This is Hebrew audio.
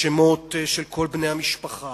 שמות של כל בני המשפחה